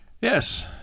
Yes